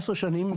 14 שנים.